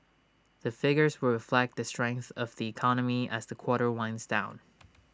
the figures will reflect the strength of the economy as the quarter winds down